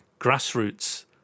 grassroots